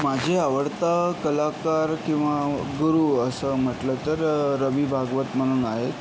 माझे आवडता कलाकार किंवा गुरु असं म्हटलं तर रवी भागवत म्हणून आहेत